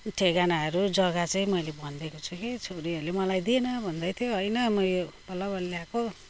ठेगानाहरू जग्गा चाहिँ मैले भनिदिएको छु कि छोरीहरूले मलाई दे न भन्दैथ्यो होइन म यो बल्लबल्ल ल्याएको